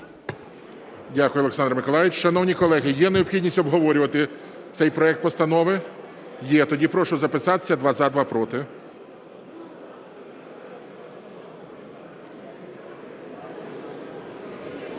Дякую Олександр Миколайович. Шановні колеги, є необхідність обговорювати цей проект постанови? Є. Тоді прошу записатися: два – за, два – проти.